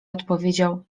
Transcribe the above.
odpowiedział